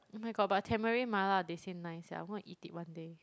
oh my god but tamarind mala they say nice sia I'm gonna eat it one day